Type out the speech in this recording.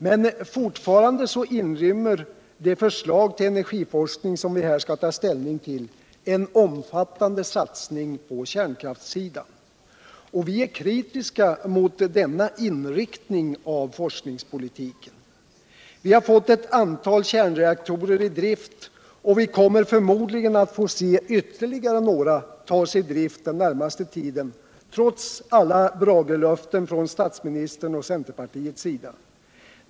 Men fortfarande inrymmer det förslag till energiforskning, som vi här skall ta ställning till, en omfattande satsning på kärnkraftssidan, och vi är kritiska mot denna inriktning av forskningspolitiken. Vi har fått ett antal kärnroak törer I drift, och vi kommer förmodligen att få se vtterligare några tas i drift den närmaste tiden, trots alla bragelöften från statsministern och centerpar Liet.